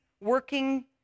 working